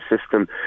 system